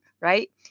right